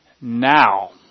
now